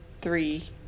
three